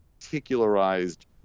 particularized